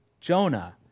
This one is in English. Jonah